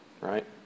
right